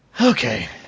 Okay